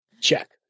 Check